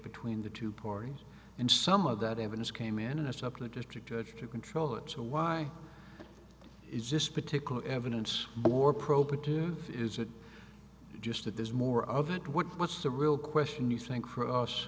between the two parties and some of that evidence came in and it's up to the district judge to control it so why is this particular evidence more provocative is it just that there's more of it what what's the real question you think for us